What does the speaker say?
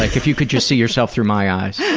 like if you could just see yourself through my eyes. are